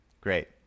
Great